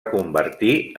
convertir